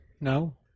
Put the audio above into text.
No